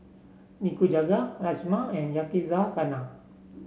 Nikujaga Rajma and Yakizakana